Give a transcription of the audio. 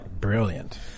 Brilliant